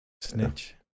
Snitch